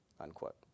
Unquote